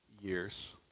years